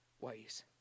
ways